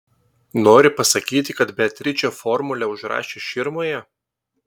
nori pasakyti kad beatričė formulę užrašė širmoje